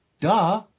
Duh